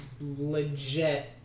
legit